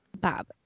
Bob